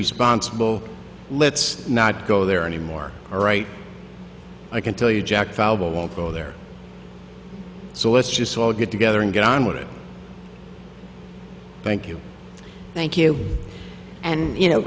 responsible let's not go there any more or right i can tell you jack fallible won't go there so let's just all get together and get on with it thank you thank you and you know